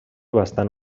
bastant